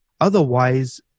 Otherwise